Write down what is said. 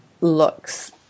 looks